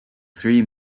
three